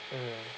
mm